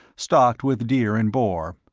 stocked with deer and boar.